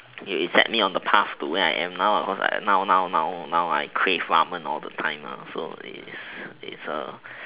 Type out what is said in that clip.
you set me on the pathway and now I cause I now now now now I crave ramen all the time lah so it's ah